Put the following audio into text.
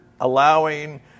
allowing